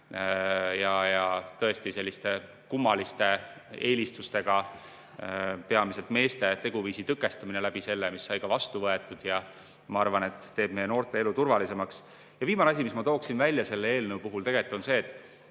ja tõesti, selliste kummaliste eelistustega peamiselt meeste teguviisi tõkestamine selle kaudu. See seadus sai vastu võetud ja ma arvan, et see teeb meie noorte elu turvalisemaks. Ja viimane asi, mis ma tooksin selle eelnõu puhul esile: see on